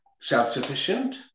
self-sufficient